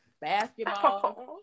basketball